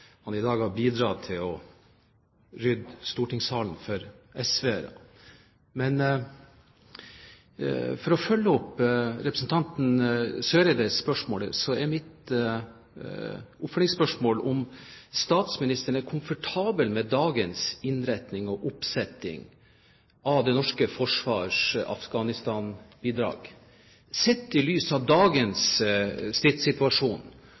Men for å følge opp representanten Eriksen Søreides spørsmål er mitt spørsmål om statsministeren er komfortabel med dagens innretning og oppsetting av det norske forsvarets Afghanistan-bidrag, sett i lys av dagens stridssituasjon